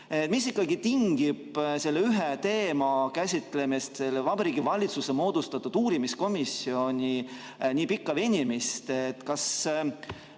Mis ikkagi tingib selle ühe teema käsitlemisel Vabariigi Valitsuse moodustatud uurimiskomisjonis nii pikka venitamist? Kas